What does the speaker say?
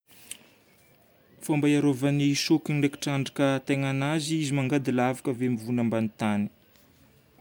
Fomba iarovan'ny sokina ndraiky trandraka tegnanazy izy mangady lavaka dia mivony ambanin'ny tany.